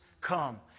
come